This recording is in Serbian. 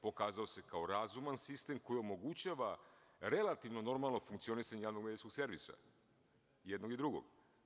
Pokazao se kao razuman sistem koji omogućava relativno normalno funkcionisanje Javnog medijskog servisa, jednog i drugog.